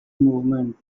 movement